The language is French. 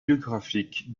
biographique